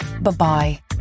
Bye-bye